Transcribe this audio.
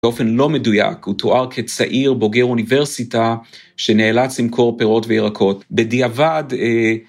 באופן לא מדויק הוא תואר כצעיר בוגר אוניברסיטה שנאלץ למכור פירות וירקות בדיעבד...